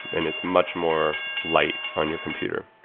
and it's much more light on your computer.